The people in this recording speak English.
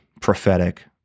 prophetic